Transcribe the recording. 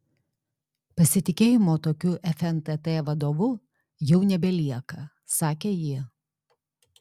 pasitikėjimo tokiu fntt vadovu jau nebelieka sakė ji